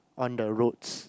on the roads